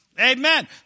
Amen